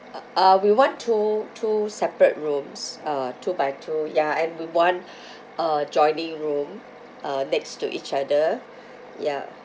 uh ah we want two two separate rooms uh two by two ya and we want a joining room uh next to each other ya